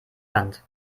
wand